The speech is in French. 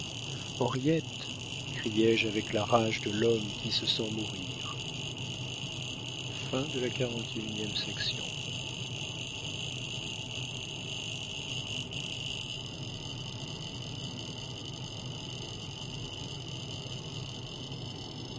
henriette criai-je avec la rage de l'homme qui se sent mourir